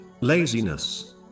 Laziness